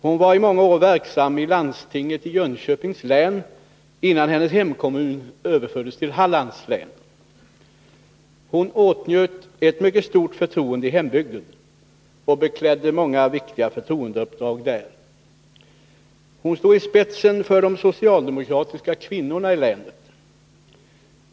Hon var i många år verksam i landstinget i Jönköpings län innan hennes hemkommun överfördes till Hallands län. Hon åtnjöt ett mycket stort förtroende i hembygden och beklädde många viktiga förtroendeuppdrag där. Hon stod i spetsen för de socialdemokratiska kvinnorna i hemlänet.